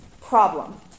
problem